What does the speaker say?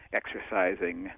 exercising